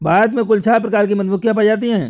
भारत में कुल छः प्रकार की मधुमक्खियां पायी जातीं है